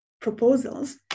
proposals